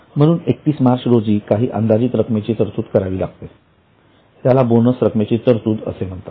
म्हणून 31 मार्च रोजी काही अंदाजित रकमेची तरतूद करावी लागते त्याला बोनस रक्कमेची रक्कमेची तरतूद असे म्हणतात